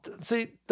see